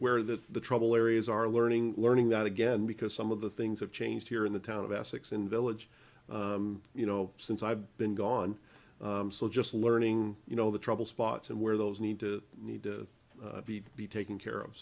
where the the trouble areas are learning learning that again because some of the things have changed here in the town of essex in village you know since i've been gone just learning you know the trouble spots and where those need to need to be to be taken care of